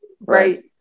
right